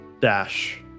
dash